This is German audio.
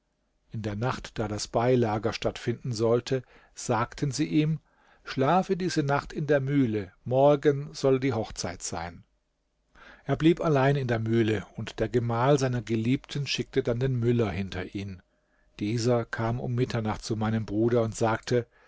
in der nacht da das beilager stattfinden sollte sagten sie ihm schlafe diese nacht in der mühle morgen soll die hochzeit sein er blieb allein in der mühle und der gemahl seiner geliebten schickte dann den müller hinter ihn dieser kam um mitternacht zu meinem bruder und sagte